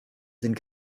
sind